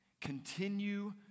Continue